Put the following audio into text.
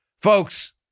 Folks